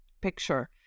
picture